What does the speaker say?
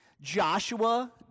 Joshua